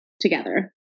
together